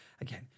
again